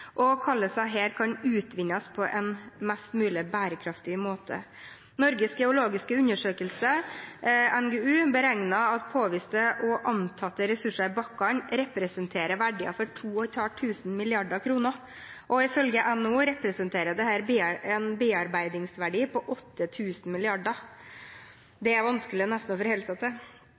og hvordan de kan utvinnes på en mest mulig bærekraftig måte. Norges geologiske undersøkelse, NGU, beregner at påviste og antatte ressurser i bakken representerer verdier for 2 500 mrd. kr, og ifølge NHO representerer dette en bearbeidingsverdi på 8 000 mrd. kr – det er nesten vanskelig å forholde seg til.